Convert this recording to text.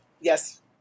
yes